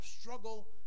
struggle